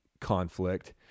conflict